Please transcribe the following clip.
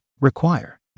require